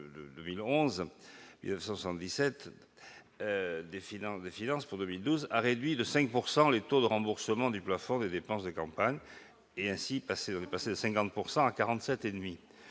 2011 de finances pour 2012 a réduit de 5 % les taux de remboursement du plafond des dépenses de campagne. Il est ainsi passé de 50 % à 47,5 %.